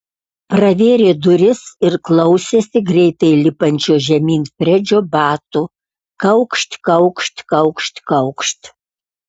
pravėrė duris ir klausėsi greitai lipančio žemyn fredžio batų kaukšt kaukšt kaukšt kaukšt